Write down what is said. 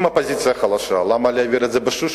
אם האופוזיציה חלשה, למה להעביר את זה ב"שושו"?